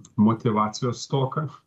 motyvacijos stoką